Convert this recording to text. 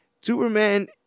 Superman